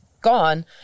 gone